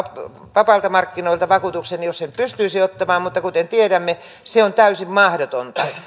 vapailta markkinoilta vakuutuksen jos sen pystyisi ottamaan mutta kuten tiedämme se on täysin mahdotonta